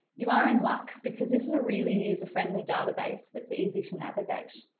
you are in luck because this is a really user friendly database that's easy to navigate.